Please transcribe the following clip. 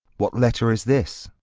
what letter is this?